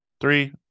Three